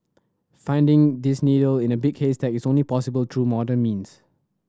finding this needle in a big haystack is only possible through modern means